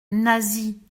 nasie